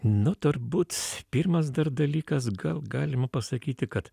nu turbūt pirmas dar dalykas gal galima pasakyti kad